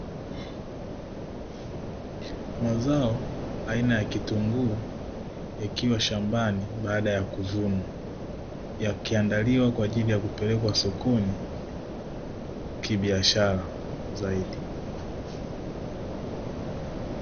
Mazao aina ya kitunguu, yakiwa shambani baada ya kuvunwa , yakiandaliwa kupelekwa sokoni kibiashara zaidi.